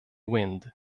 wind